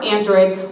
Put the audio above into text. Android